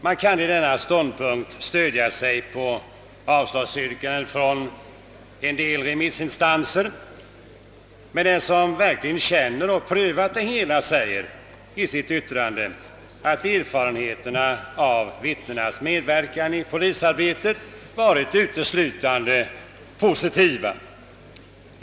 Utskottet kan därvid stödja sig på avslagsyrkande från en del remissinstanser, men den som verkligen känner till och prövat anordningen säger i sitt yttrande, att erfarenheterna av de valda vittnenas medverkan i polisarbetet varit uteslutande positiva.